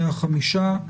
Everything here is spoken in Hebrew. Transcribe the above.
מה-5 בחודש,